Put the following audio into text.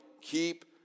keep